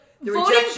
voting